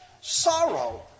Sorrow